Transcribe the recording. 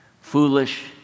Foolish